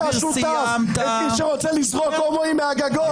את מי שרוצה לזרוק הומואים מהגגות,